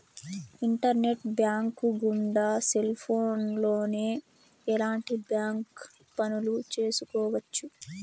internet bank గుండా cell ఫోన్లోనే ఎలాంటి బ్యాంక్ పనులు చేసుకోవచ్చు